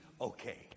okay